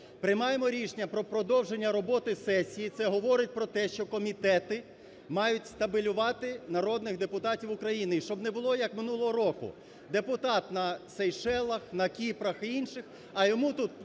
приймаємо рішення про продовження роботи сесії, це говорить про те, що комітети мають стабелювати народних депутатів України. І щоб не було, як минулого року, депутат на Сейшелах, на Кіпрах і інших, а йому тут